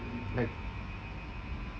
like